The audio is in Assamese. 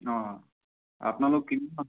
অঁ আপোনালোক কিমান